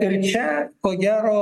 ir čia ko gero